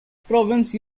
province